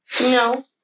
No